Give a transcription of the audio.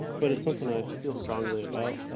but it's something i feel strongly about.